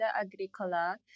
Agricola